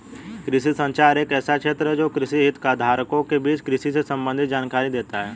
कृषि संचार एक ऐसा क्षेत्र है जो कृषि हितधारकों के बीच कृषि से संबंधित जानकारी देता है